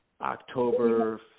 October